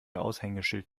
aushängeschild